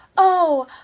oh!